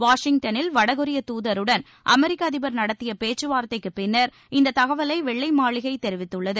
வாஷிங்டனில் வடகொரிய துதருடன் அமெரிக்க அதிபர் நடத்திய பேச்சுவார்த்தைக்குப்பின்னர் இந்த தகவலை வெள்ளை மாளிகை தெரிவித்துள்ளது